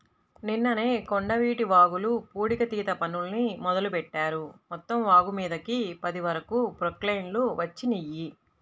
నిన్ననే కొండవీటి వాగుల పూడికతీత పనుల్ని మొదలుబెట్టారు, మొత్తం వాగుమీదకి పది వరకు ప్రొక్లైన్లు వచ్చినియ్యి